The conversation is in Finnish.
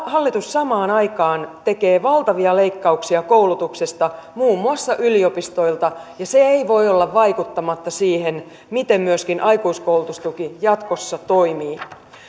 hallitus samaan aikaan tekee valtavia leikkauksia koulutuksesta muun muassa yliopistoilta ja se ei voi olla vaikuttamatta siihen miten myöskin aikuiskoulutustuki jatkossa toimii